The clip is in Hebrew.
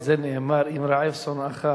על זה נאמר: אם רעב שונאך,